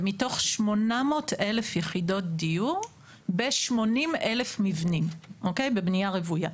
זה 800,000 יחידות דיור ב-80,000 מבנים בבנייה רוויה.